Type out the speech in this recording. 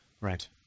Right